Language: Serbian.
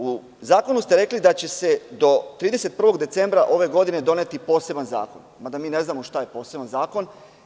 U Zakonu ste rekli da će se do 31. decembra ove godine doneti poseban zakon, mada mi ne znamo šta je poseban zakon.